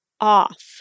off